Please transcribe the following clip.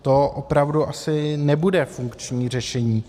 To opravdu asi nebude funkční řešení.